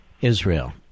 Israel